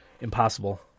Impossible